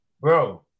bro